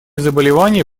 заболевания